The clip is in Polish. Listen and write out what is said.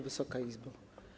Wysoka Izbo!